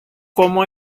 cómo